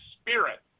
spirit